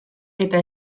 eta